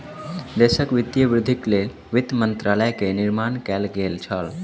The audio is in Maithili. देशक वित्तीय वृद्धिक लेल वित्त मंत्रालय के निर्माण कएल गेल छल